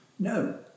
No